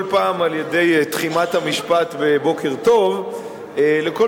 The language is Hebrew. כל פעם על-ידי תחימת המשפט ב"בוקר טוב" לכל